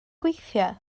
gweithio